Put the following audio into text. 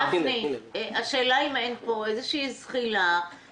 אז הורדנו תשלום אחד, כשאין את התמונה הכוללת.